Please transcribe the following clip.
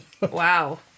Wow